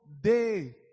day